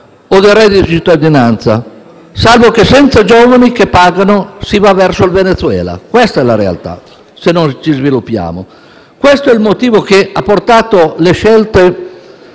o del reddito di cittadinanza, salvo che, senza giovani che pagano, si va verso il Venezuela. Questa è la realtà, se non ci sviluppiamo. Questo è il motivo che ha portato il Governo